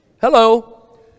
hello